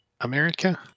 America